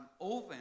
oven